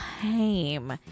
hame